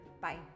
Bye